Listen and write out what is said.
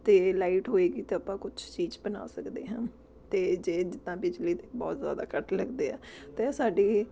ਅਤੇ ਲਾਈਟ ਹੋਵੇਗੀ ਤਾਂ ਆਪਾਂ ਕੁਛ ਚੀਜ਼ ਬਣਾ ਸਕਦੇ ਹਾਂ ਅਤੇ ਜੇ ਜਿੱਦਾਂ ਬਿਜਲੀ ਦੇ ਬਹੁਤ ਜ਼ਿਆਦਾ ਕੱਟ ਲੱਗਦੇ ਆ ਅਤੇ ਉਹ ਸਾਡੀ